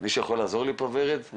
אני